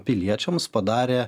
piliečiams padarė